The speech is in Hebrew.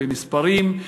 במספרים,